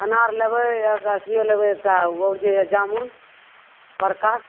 अनार लेबै एगो अथीयो लेबै एकटा आओर जे जामुन बड़का